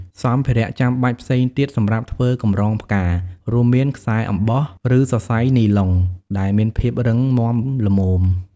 សម្ភារៈចាំបាច់ផ្សេងទៀតសម្រាប់ធ្វើកម្រងផ្កា រួមមាន ខ្សែអំបោះ ឬសរសៃនីឡុង ដែលមានភាពរឹងមាំល្មម។